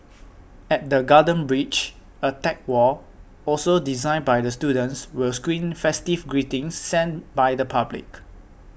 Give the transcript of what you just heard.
at the Garden Bridge a tech wall also designed by the students will screen festive greetings sent by the public